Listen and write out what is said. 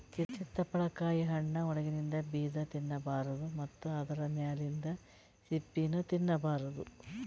ಚಿತ್ತಪಳಕಾಯಿ ಹಣ್ಣ್ ಒಳಗಿಂದ ಬೀಜಾ ತಿನ್ನಬಾರ್ದು ಮತ್ತ್ ಆದ್ರ ಮ್ಯಾಲಿಂದ್ ಸಿಪ್ಪಿನೂ ತಿನ್ನಬಾರ್ದು